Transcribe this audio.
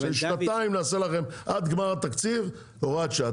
שנתיים נעשה לכם עד גמר התקציב הוראת שעה,